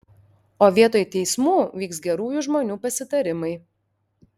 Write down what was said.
o vietoj teismų vyks gerųjų žmonių pasitarimai